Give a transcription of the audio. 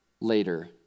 later